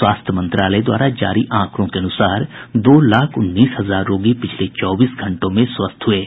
स्वास्थ्य मंत्रालय द्वारा जारी आंकड़ों के अनुसार दो लाख उन्नीस हजार रोगी पिछले चौबीस घंटों में स्वस्थ हुये हैं